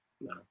No